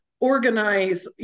organize